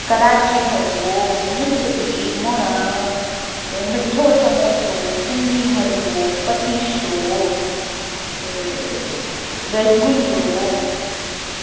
करांची हलवो मिस्री मुण मिठो समोसो सिंधी हलवो पतीशो रसगुल्लो